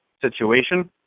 situation